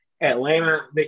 Atlanta –